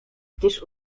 gdyż